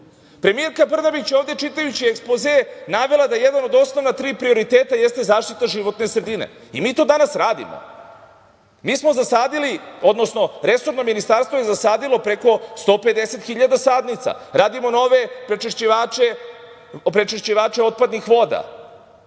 godina. Premijerka Brnabić ovde, čitajući ekspoze, navela je da je jedan od osnovna tri prioriteta zaštita životne sredine. Mi to danas radimo. Mi smo zasadili, odnosno resorno ministarstvo je zasadilo preko 150.000 sadnica. Radimo nove prečišćivače otpadnih voda.